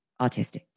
autistic